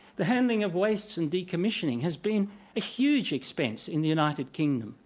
the handling of wastes and decommissioning has been a huge expense in the united kingdom.